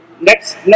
Next